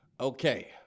Okay